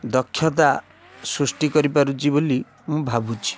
ଦକ୍ଷତା ସୃଷ୍ଟି କରିପାରୁଛି ବୋଲି ମୁଁ ଭାବୁଛି